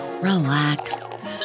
relax